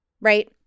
right